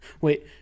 Wait